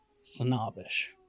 snobbish